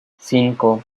cinco